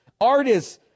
artists